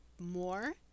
more